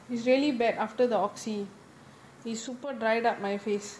it's really bad after the oxy it super dried up my face